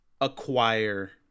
acquire